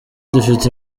dufite